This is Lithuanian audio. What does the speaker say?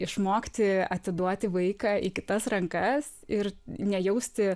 išmokti atiduoti vaiką į kitas rankas ir nejausti